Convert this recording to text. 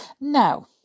Now